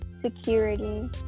security